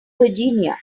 virginia